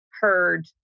heard